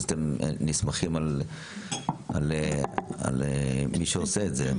אז אתם נסמכים על מי שעושה את זה.